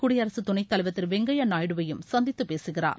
குடியரசு துணைத் தலைவர் திரு வெங்கய்யா நாயுடுவையும் சந்தித்து பேசுகிறார்